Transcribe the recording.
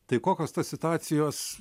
tai kokios tos situacijos